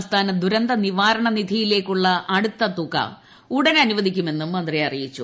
സംസ്ഥാന ദുരന്ത നിവാരണ നിധിയിലേക്കുള്ള അടുത്ത തുക ഉടൻ അനുവദിക്കുമെന്നും മന്ത്രി അറിയിച്ചു